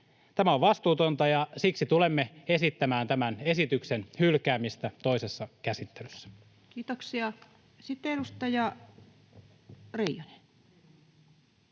Tämä on vastuutonta, ja siksi tulemme esittämään tämän esityksen hylkäämistä toisessa käsittelyssä. [Speech 261] Speaker: Ensimmäinen